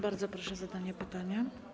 Bardzo proszę o zadanie pytania.